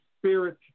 spirit